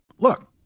look